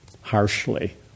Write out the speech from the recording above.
harshly